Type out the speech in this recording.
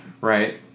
Right